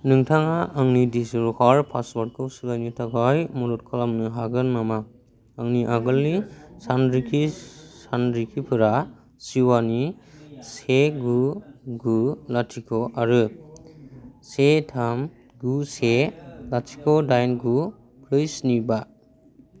नोंथाङा आंनि डिजिलकार पासवर्दखौ सोलायनो थाखाय मदद खालामनो हागोन नामा आंनि आगोलनि सानरिखि सानरिखिफोरा शिबानि से गु गु लाथिख' आरो से थाम गु से लाथिख' दाइन गु ब्रै स्नि बा